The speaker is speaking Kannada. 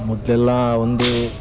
ಮೊದಲೆಲ್ಲ ಒಂದು